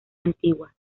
antigua